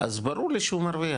אז ברור לי שהוא מרוויח.